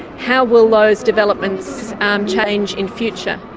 how will those developments change in future.